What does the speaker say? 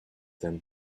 them